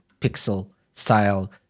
Pixel-style